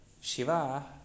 Shiva